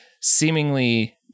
seemingly